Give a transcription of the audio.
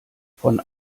von